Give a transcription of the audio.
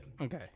Okay